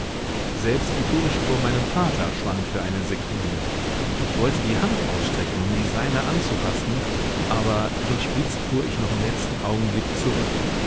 selbst die furcht vor meinem vater schwand für eine sekunde ich wollte die hand ausstrecken um die seine anzufassen aber durchblitzt fuhr ich noch im letzten augenblick zurück